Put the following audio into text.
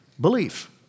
Belief